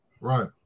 Right